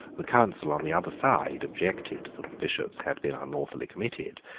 the counsel on the other side objected that the bishops had been unlawfully committed,